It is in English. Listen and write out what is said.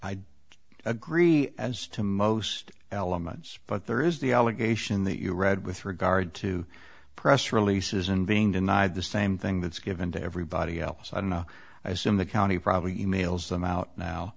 do agree as to most elements but there is the allegation that you read with regard to press releases and being denied the same thing that's given to everybody else i don't know i assume the county probably e mails them out